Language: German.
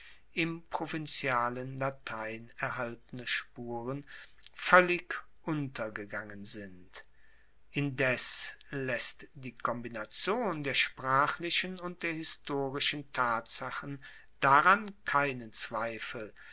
im provinzialen latein erhaltene spuren voellig untergegangen sind indes laesst die kombination der sprachlichen und der historischen tatsachen daran keinen zweifel